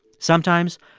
sometimes,